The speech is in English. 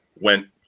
went